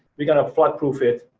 we got to flood proof it.